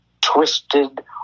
twisted